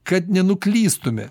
kad nenuklystume